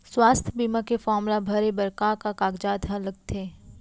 स्वास्थ्य बीमा के फॉर्म ल भरे बर का का कागजात ह लगथे?